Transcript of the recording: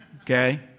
okay